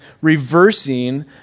reversing